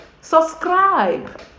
subscribe